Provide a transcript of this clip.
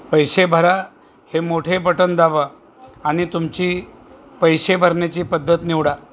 पैसे भरा हे मोठे बटन दाबा आणि तुमची पैसे भरण्याची पद्धत निवडा